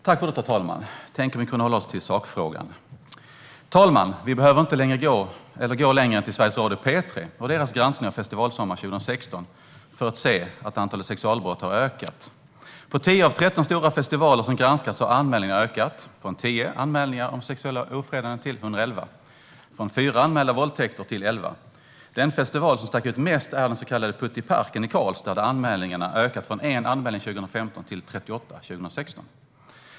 Herr talman! Tänk om vi kunde hålla oss tills sakfrågan! Vi behöver inte gå längre än till Sveriges Radio P3 och deras granskning av festivalsommaren 2016 för att se att antalet sexualbrott har ökat. På 10 av 13 stora festivaler som har granskats har anmälningarna om sexuella ofredanden ökat från 10 till 111 och antalet anmälda våldtäkter från 4 till 11. Den festival som stack ut mest är den så kallade Putte i Parken i Karlstad, där anmälningarna ökade från 1 anmälan år 2015 till 38 anmälningar år 2016.